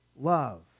love